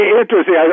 interesting